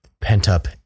pent-up